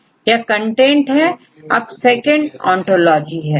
या कंटेंट है अब सेकंड ओंटोलॉजी है